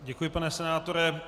Děkuji pane senátore.